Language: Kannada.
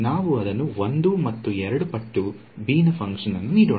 ನಾವು ಅದನ್ನು 1 ಮತ್ತು 2 ಪಟ್ಟು b ನ ಫಂಕ್ಷನ್ ಅನ್ನು ನೀಡೋಣ